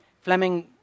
Fleming